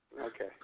Okay